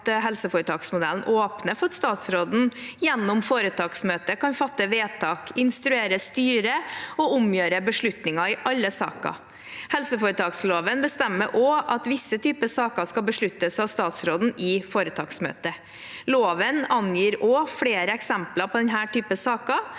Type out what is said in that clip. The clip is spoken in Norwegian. helseforetaksmodellen åpner for at statsråden gjennom foretaksmøtet kan fatte vedtak, instruere styret og omgjøre beslutninger i alle saker. Helseforetaksloven bestemmer også at visse typer saker skal besluttes av statsråden i foretaksmøtet. Loven angir flere eksempler på denne typen saker,